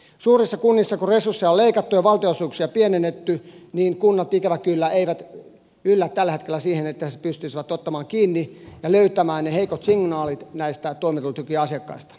kun kuntien resursseja on leikattu ja valtionosuuksia pienennetty niin suuret kunnat ikävä kyllä eivät yllä tällä hetkellä siihen että pystyisivät ottamaan kiinni ja löytämään ne heikot signaalit näistä toimeentulotukiasiakkaista